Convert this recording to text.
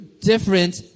different